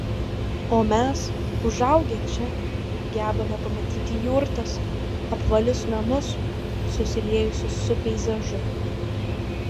o mes užaugę čia gebame pamatyti jurtas apvalius namus susiliejusius su peizažu